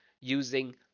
using